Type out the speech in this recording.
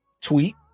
tweet